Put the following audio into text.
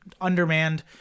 undermanned